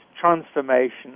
transformation